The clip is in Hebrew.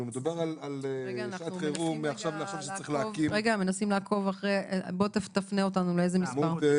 מדובר על שעת חירום מעכשיו לעכשיו כשצריך להקים --- תפנה אותנו למספר.